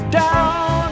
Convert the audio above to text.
down